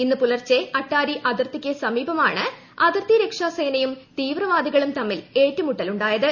ഇന്ന് പുലർച്ചെ അട്ടാരി അതിർത്തിക്ക് സമീപമാണ് അതിർത്തി രക്ഷാസേനയും തീവ്രപ്പാദികളും തമ്മിൽ ഏറ്റുമുട്ടൽ ഉണ്ടായത്